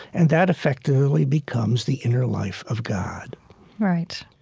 and that effectively becomes the inner life of god right.